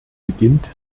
beginnt